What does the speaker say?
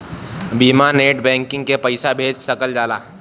बिना net banking के पईसा भेज सकल जाला?